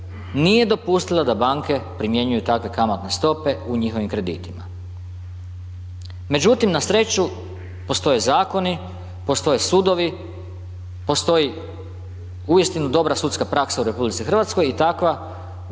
nije dopustila da banke primjenjuju takve kamatne stope u njihovim kreditima. Međutim, na sreću postoje zakoni, postoje sudovi, postoji uistinu dobra sudska praksa u RH i takva